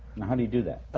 and how do you do that?